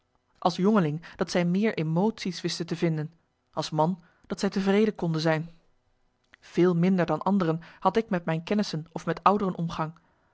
als jongeling dat zij meer emotie's wisten te vinden als man dat zij tevreden konden zijn veel minder dan anderen had ik met mijn kenmarcellus emants een nagelaten bekentenis nissen of met ouderen omgang